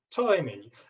tiny